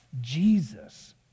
jesus